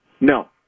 No